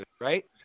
Right